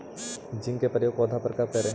Zinc के प्रयोग पौधा मे कब करे?